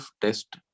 test